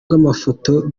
bw’amafoto